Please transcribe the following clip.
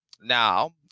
now